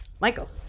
Michael